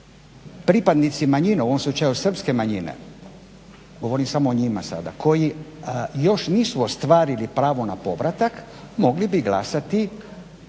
pripadnici manjine, u ovom slučaju srpske manjine, govorim samo o njima sada koji još nisu ostvarili pravo na povratak, mogli bi glasati